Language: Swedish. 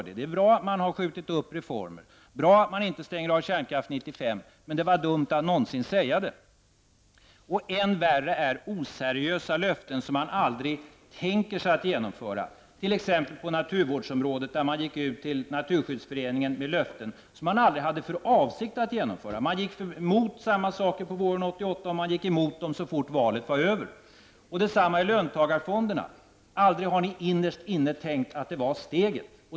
Det är bra att man har skjutit upp reformer. Vidare är det bra att man inte stänger av kärnkraften 1995. Men det var dumt att göra ett uttalande på den punkten. Ännu värre är det att avge oseriösa löften som man aldrig tänkt förverkliga. Det gäller t.ex. på naturvårdsområdet. Man har ju gett Naturskyddsföreningen löften som man aldrig haft för avsikt att förverkliga. Man gick emot saker på våren 1988, och man gick mot samma saker så fort valet var över. Detsamma gäller löntagarfonderna. Aldrig har ni innerst inne tänkt att de var ''steget''.